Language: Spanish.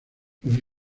los